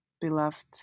Beloved